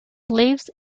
lives